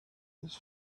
his